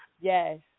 yes